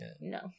No